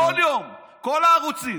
כל יום, כל הערוצים.